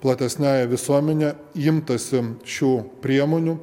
platesniąja visuomene imtasi šių priemonių